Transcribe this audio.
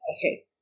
Okay